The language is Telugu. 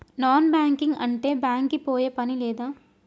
నాన్ బ్యాంకింగ్ అంటే బ్యాంక్ కి పోయే పని లేదా?